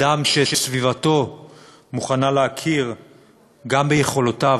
אדם שסביבתו מוכנה להכיר גם ביכולתו